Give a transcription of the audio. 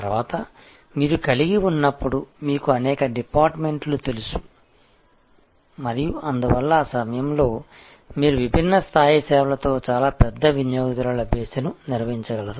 తరువాత మీరు కలిగి ఉన్నప్పుడు మీకు అనేక డిపార్ట్మెంట్లు తెలుసు మరియు అందువలన ఆ సమయంలో మీరు విభిన్న స్థాయి సేవలతో చాలా పెద్ద వినియోగదారుల బేస్ను నిర్వహించగలరు